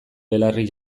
belarri